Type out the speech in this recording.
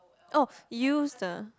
oh used ah